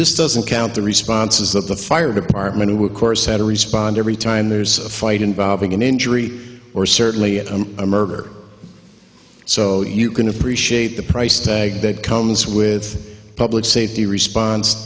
this doesn't count the responses that the fire department of course had to respond every time there's a fight involving an injury or certainly i'm a murder so you can appreciate the price tag that comes with public safety response